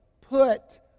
put